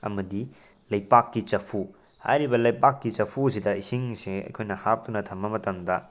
ꯑꯃꯗꯤ ꯂꯩꯕꯥꯛꯀꯤ ꯆꯐꯨ ꯍꯥꯏꯔꯤꯕ ꯂꯩꯕꯥꯛꯀꯤ ꯆꯐꯨ ꯑꯁꯤꯗ ꯏꯁꯤꯡꯁꯦ ꯑꯩꯈꯣꯏꯅ ꯍꯥꯞꯇꯨꯅ ꯊꯝꯕ ꯃꯇꯝꯗ